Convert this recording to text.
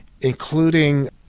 including